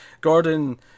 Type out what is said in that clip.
Gordon